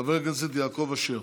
חבר הכנסת יעקב אשר.